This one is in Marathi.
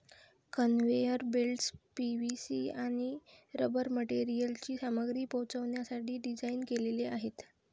कन्व्हेयर बेल्ट्स पी.व्ही.सी आणि रबर मटेरियलची सामग्री पोहोचवण्यासाठी डिझाइन केलेले आहेत